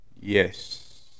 Yes